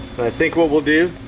think what we'll do